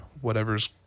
whatever's